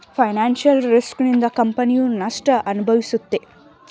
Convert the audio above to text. financial risk ನಿಂದ ಕಂಪನಿಯು ನಷ್ಟ ಅನುಭವಿಸುತ್ತೆ